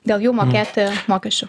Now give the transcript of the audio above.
dėl jų mokėti mokesčių